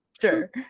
sure